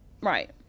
Right